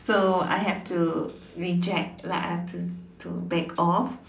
so I had to reject like I had to to back off